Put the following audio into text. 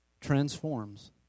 transforms